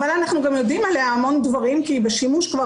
אבל אנחנו גם יודעים עליה המון דברים כי היא בשימוש כבר